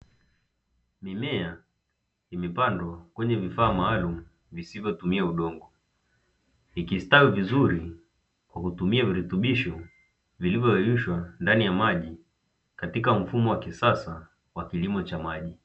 Mimea imepandwa kwenye vifaa maalumu visivyotumia udongo, ikistawi vizuri kwa kutumia virutubisho vilivyoyeyushwa ndani ya maji katika mfumo wa kisasa wa kilimo cha maji.